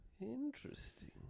Interesting